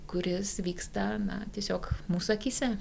kuris vyksta na tiesiog mūsų akyse